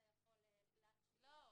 אתה יכול להכשיל --- לא.